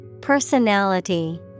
Personality